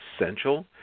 essential